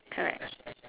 correct